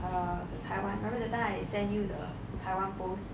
err the taiwan remember that time I send you the taiwan post